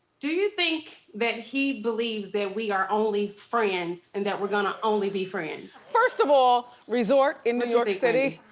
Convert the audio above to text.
do you think that he believes that we are only friends, and that we're gonna only be friends? first of all, resort in new york city.